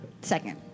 second